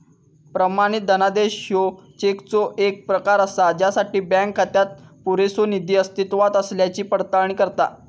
प्रमाणित धनादेश ह्यो चेकचो येक प्रकार असा ज्यासाठी बँक खात्यात पुरेसो निधी अस्तित्वात असल्याची पडताळणी करता